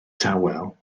tawel